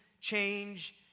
change